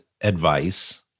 advice